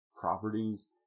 properties